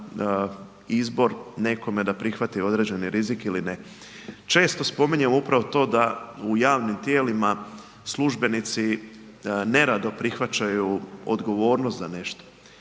izbor nekome da prihvati određene rizike ili ne. Često spominjem upravo to da u javnim tijelima službenici neradno prihvaćaju odgovornost za nešto